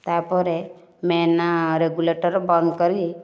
ତାପରେ main regulator ବନ୍ଦ କରି